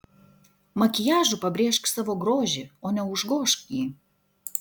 makiažu pabrėžk savo grožį o ne užgožk jį